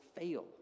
fail